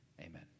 Amen